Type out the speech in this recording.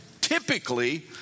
typically